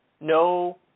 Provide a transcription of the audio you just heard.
No